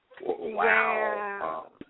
Wow